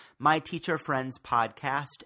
myteacherfriendspodcast